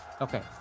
Okay